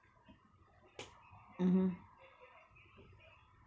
mmhmm